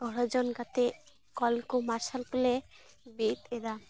ᱜᱚᱲᱚᱡᱚᱱ ᱠᱟᱛᱮᱫ ᱠᱚᱞᱠᱚ ᱢᱟᱨᱥᱟᱞᱠᱚ ᱞᱮ ᱵᱤᱫ ᱮᱫᱟ